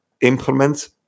Implement